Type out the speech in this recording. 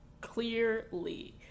clearly